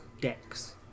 decks